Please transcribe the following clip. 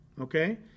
Okay